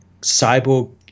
Cyborg –